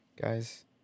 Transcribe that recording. Guys